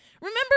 remember